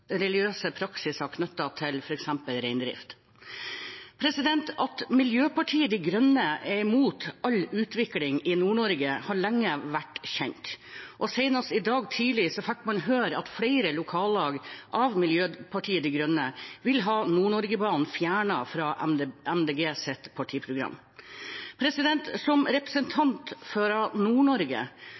praksiser knyttet til f.eks. reindrift. At Miljøpartiet De Grønne er imot all utvikling i Nord-Norge, har lenge vært kjent, og senest i dag tidlig fikk man høre at flere lokallag av Miljøpartiet De Grønne vil ha Nord-Norge-banen fjernet fra Miljøpartiet De Grønnes partiprogram. Som representant